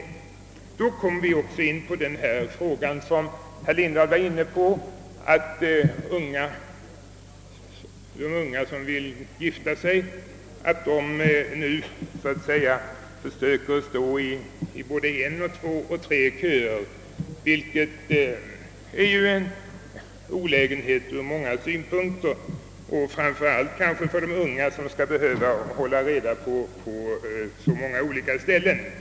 I detta sammanhang kommer man också in på den fråga, som herr Lindahl tog upp, nämligen att de unga, som vill gifta sig, nu försöker bli inplacerade i både en, två och tre köer, vilket från många synpunkter är en olägenhet — kanske framför allt för de unga som måste hålla reda på så många olika ställen.